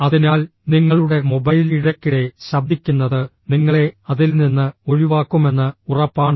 അതിനാൽ നിങ്ങളുടെ മൊബൈൽ ഇടയ്ക്കിടെ ശബ്ദിക്കുന്നത് നിങ്ങളെ അതിൽ നിന്ന് ഒഴിവാക്കുമെന്ന് ഉറപ്പാണ്